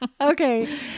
Okay